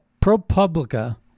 ProPublica